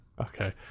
Okay